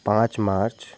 पाँच मार्च